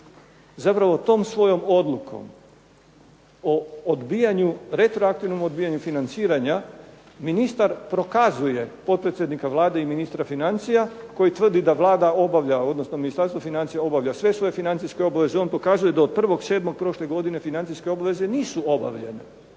Zapravo tom svojom odlukom o odbijanju, retroaktivnom odbijanju financiranja ministar prokazuje potpredsjednika Vlade i ministra financija koji tvrdi da Vlada obavlja, odnosno ministarstvo financija obavlja sve svoje financijske obveze. On pokazuje da od 1.7. prošle godine financijske obveze nisu obavljene,